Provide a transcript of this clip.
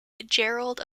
gerald